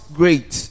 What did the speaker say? great